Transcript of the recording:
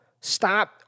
Stop